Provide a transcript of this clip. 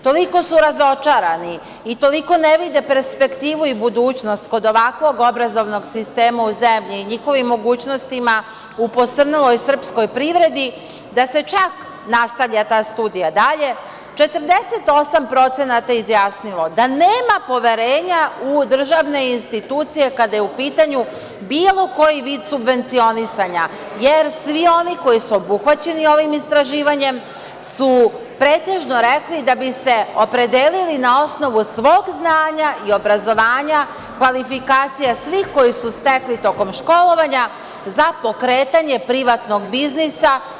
Toliko su razočarani i toliko ne vide perspektivu i budućnost kod ovakvog obrazovnog sistema u zemlji i njihovim mogućnostima u posrnulo srpskoj privredi, da se čak nastavlja ta studija dalje i 48% se izjasnilo da nema poverenja u državne institucije kada je u pitanju bilo koji vid subvencionisanja, jer svi oni koji su obuhvaćeni ovim istraživanjem su pretežno rekli da bi se opredelili na osnovu svog znanja i obrazovanja, kvalifikacija svih koji su stekli tokom školovanja za pokretanje privatnog biznisa.